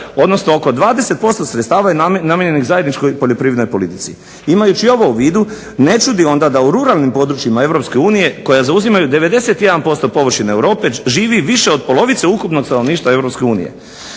odnosno oko 20% sredstava je namijenjenih zajedničkoj poljoprivrednoj politici. Imajući ovo u vidu ne čudi onda da u ruralnim područjima Eu koja zauzimaju 91% površine Europe živi više od polovice ukupnog stanovništva EU,